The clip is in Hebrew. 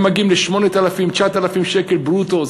הם מגיעים ל-8,000 9,000 שקל ברוטו,